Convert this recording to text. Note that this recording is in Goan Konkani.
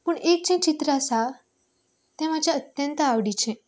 पूण एक जें चित्र आसा तें म्हज्या अत्यंत आवडीचें